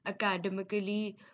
academically